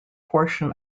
portion